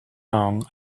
long